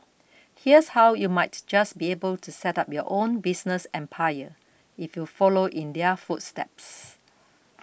here's how you might just be able to set up your own business empire if you follow in their footsteps